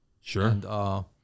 Sure